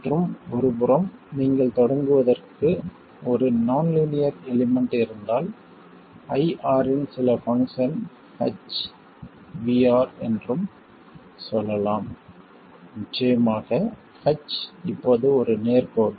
மற்றும் ஒரு புறம் நீங்கள் தொடங்குவதற்கு ஒரு நான் லீனியர் எலிமெண்ட் இருந்தால் IR இன் சில பங்க்ஷன் h என்றும் சொல்லலாம் நிச்சயமாக h இப்போது ஒரு நேர் கோடு